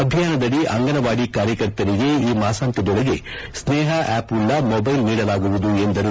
ಅಭಿಯಾನದಡಿ ಅಂಗನವಾಡಿ ಕಾರ್ಯಕರ್ತೆಯರಿಗೆ ಈ ಮಾಸಾಂತ್ಯದೊಳಗೆ ಸ್ನೇಹ ಆ್ಯಪ್ ವುಳ್ಳ ಮೊಬೈಲ್ ನೀಡಲಾಗುವುದು ಎಂದರು